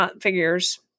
figures